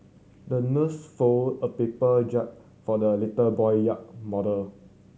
the nurse folded a paper jar for the little boy yacht model